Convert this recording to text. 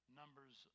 numbers